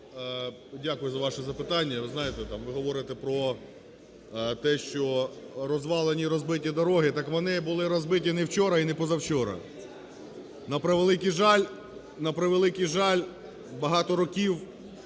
Дякую за ваше запитання. Ви знаєте, ви говорите про те, що розвалені і розбиті дороги. Так вони були розбиті не вчора і не позавчора. На превеликий жаль… на